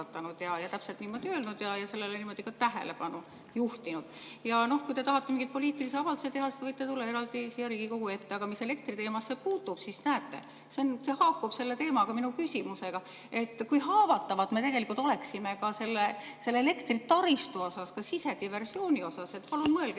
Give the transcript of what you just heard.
ja täpselt niimoodi öelnud ja sellele niimoodi ka tähelepanu juhtinud. Ja noh, kui te tahate mingi poliitilise avalduse teha, siis te võite tulla eraldi siia Riigikogu ette. Aga mis elektriteemasse puutub, siis näete, see haakub selle teemaga, minu küsimusega. Kui haavatavad me tegelikult oleksime ka selle elektritaristu osas, ka sisediversiooni osas, palun mõelge